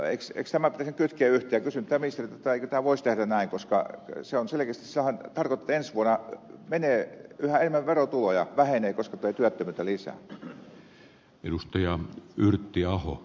kysyn tätä ministeriltä eikö tätä voisi tehdä näin koska sehän selkeästi tarkoittaa että ensi vuonna verotulot vähenevät yhä enemmän koska tulee työttömyyttä lisää